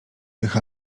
tych